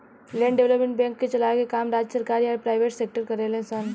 land development bank के चलाए के काम राज्य सरकार या प्राइवेट सेक्टर करेले सन